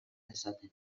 dezaten